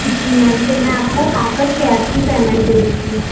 जी ma'am फिर मैं आपको आकर कैस ही पेमेंट दे देती हूँ